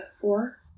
four